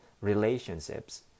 relationships